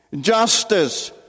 Justice